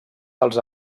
dels